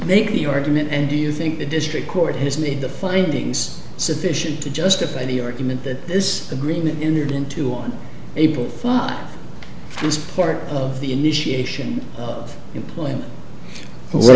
make the argument and do you think the district court has made the findings sufficient to justify the argument that this agreement in your into on april ninth that's part of the initiation of employment what